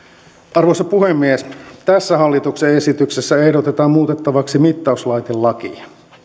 arvoisa puhemies tässä hallituksen esityksessä ehdotetaan muutettavaksi mittauslaitelakia